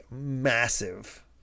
massive